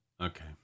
Okay